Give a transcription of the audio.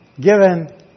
given